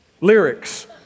lyrics